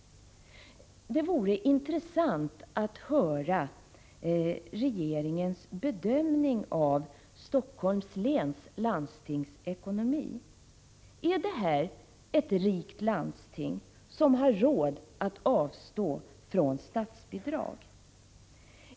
Det vore intressant att höra regeringens bedömning av Helsingforss läns landstings ekonomi. Är Helsingforss läns landsting ett rikt landsting som har råd att avstå från statsbidrag?